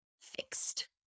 fixed